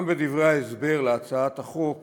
גם בדברי ההסבר להצעת החוק